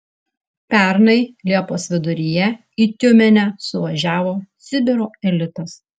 pernai liepos viduryje į tiumenę suvažiavo sibiro elitas